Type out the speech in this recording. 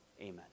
Amen